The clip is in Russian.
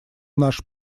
наш